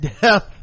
death